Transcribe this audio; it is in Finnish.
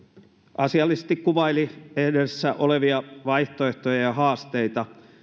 asiallisesti kuvaili edessä olevia vaihtoehtoja ja haasteita